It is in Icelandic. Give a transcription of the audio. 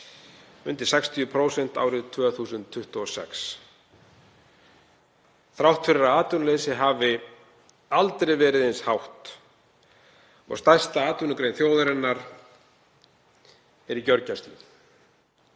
undir 60%, árið 2026, þrátt fyrir að atvinnuleysi hafi aldrei verið eins hátt og stærsta atvinnugrein þjóðarinnar sé í gjörgæslu.